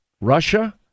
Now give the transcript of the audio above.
Russia